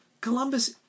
Columbus